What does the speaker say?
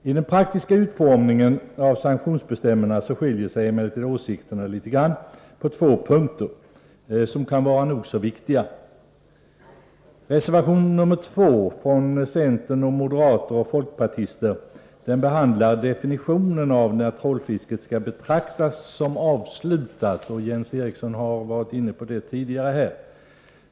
I den praktiska utformningen av sanktionsbestämmelserna skiljer sig emellertid åsikterna på två punkter, som kan vara nog så viktiga. Reservation 2 från centern, moderaterna och folkpartiet behandlar definitionen av när trålfisket skall betraktas som avslutat. Jens Eriksson har tidigare varit inne på den frågan.